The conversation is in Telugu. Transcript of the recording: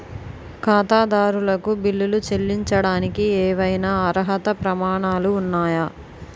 ఖాతాదారులకు బిల్లులు చెల్లించడానికి ఏవైనా అర్హత ప్రమాణాలు ఉన్నాయా?